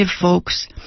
folks